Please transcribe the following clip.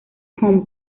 home